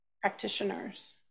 practitioners